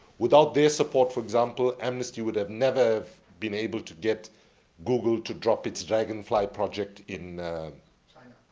without their support, for example, amnesty would have never been able to get google to drop it's dragonfly project in china.